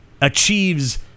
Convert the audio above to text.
achieves